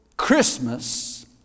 Christmas